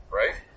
right